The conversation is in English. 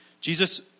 Jesus